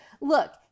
Look